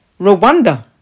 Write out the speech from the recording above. Rwanda